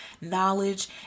knowledge